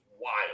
wild